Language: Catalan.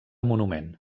monument